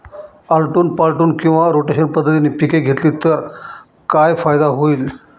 आलटून पालटून किंवा रोटेशन पद्धतीने पिके घेतली तर काय फायदा होईल?